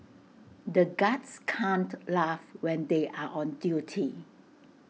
the guards can't laugh when they are on duty